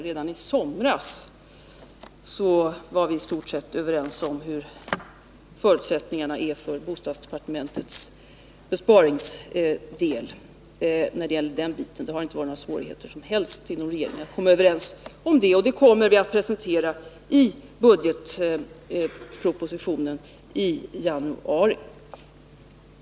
Redan i somras var vi i stort sett överens om hur förutsättning arna är för bostadsdepartementets besparingsdel. Det har inte varit några svårigheter för regeringen att komma överens om den biten, och vilka besparingar som föreslås kommer vi att presentera i budgetpropositionen i januari.